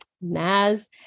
Naz